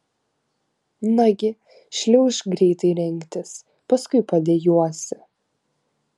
nagi šliaužk greitai rengtis paskui padejuosi